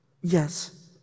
Yes